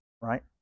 right